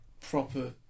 proper